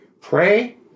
pray